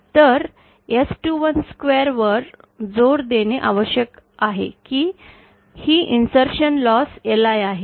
तर S212 वर जोर देणे आवश्यक आहे की ही इन्सर्शन लॉस LI आहे